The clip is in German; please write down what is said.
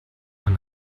man